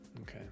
okay